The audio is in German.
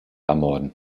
ermorden